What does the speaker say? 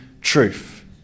truth